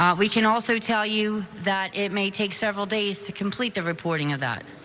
um we can also tell you that it may take several days to complete the reporting of that.